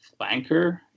flanker